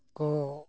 ᱠᱚ